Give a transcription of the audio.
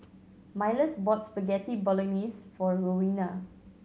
Milas bought Spaghetti Bolognese for Roena